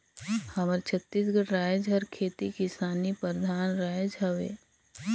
हमर छत्तीसगढ़ राएज हर खेती किसानी परधान राएज हवे